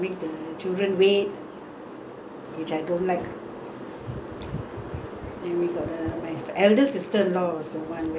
and we got the my eldest sister-in-law was the one very filial she will do everything for him wait put hot water cook and all that